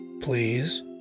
please